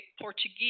Portuguese